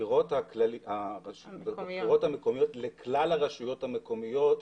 בבחירות המקומיות, לכלל הרשויות המקומיות,